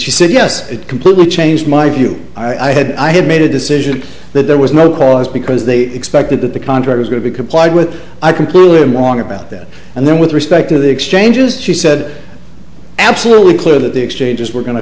she said yes it completely changed my view i had i had made a decision that there was no cause because they expected that the contract was going to comply with i concluded wrong about that and then with respect to the exchanges she said absolutely clear that the exchanges were go